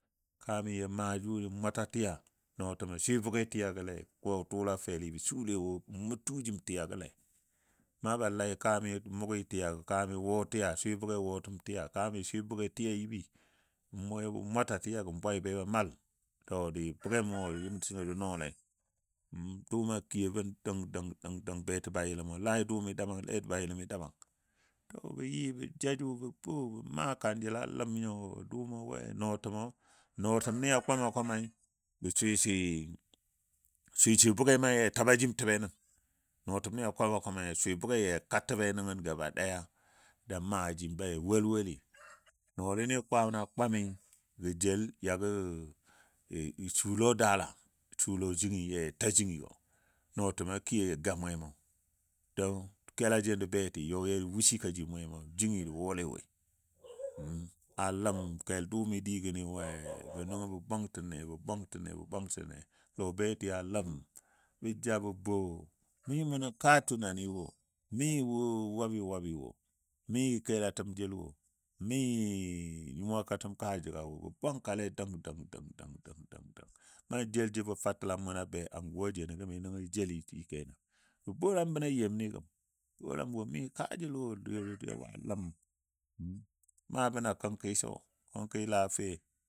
Kami maa jʊle yɔ mwati tiya nɔɔtəm swɨ bʊge tiyagile wɔ tʊʊla feli bə sule wo mou tu jim tiyagole. Na ba lai kami mʊgɨ tiyagole kami wɔ tiya swɨ bʊge wɔtəm tiya kami swɨ bʊge tiya yibi mwata tiyago n bwai be ba mal, to diɨ bʊge wo yɨm təgo bə nɔɔle dʊʊma kiyo bən dəng dəng dəng beti bayiləm layi dʊʊmi daban layi beti bayiləmi daban. To bə yɨ bə ja jʊ bə bo bə maa kajənla ləm nyo dʊʊmɔ we nɔɔtəmɔni kwamakwamai jə swɨ swɨ bʊgemɔ ya ja taba jim təbe nən, nɔɔtəmni a kwamakwamai swɨ bʊge ya ja ka təbe nəngən gaba ɗaya da maa jim ba ya walwali nɔɔlini kwanɔ kwamɨ gɔ jel yɔgɔ shu lɔ daala shu lɔ jingi ya ja jingigɔ nɔɔtəm kiyo ya ga mwemɔ dou kel jen jə beti yɔ yajə wushi kaji mwemo jingi jə wɔle woi aləm kel dʊʊmɨ digəni we bə nɔ bə bwangtəne bə bwangtəne bə bwangtəne lɔbeti a ləm bə ja bə bo mi mou nən kaa tunaniwo mi wo wabɨ wabɨ wo, mi kəlatəm jel wo, mi nyuwakatəm kaa jiga wo. Bə wangkale dəng dəng dəng dəng dəng dəng dəng nan jel jəbɔ fatəlam munɔ a be anguwa jeno gəmi nəngɔ jə jeli shike nan bə bolam bən a yemni gəm, bolam wo mi kaajəl wo ga ləm maabɔ na kənki so, kənki la fe